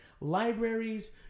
libraries